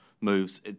Moves